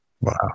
Wow